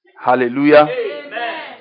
Hallelujah